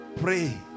Pray